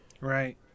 Right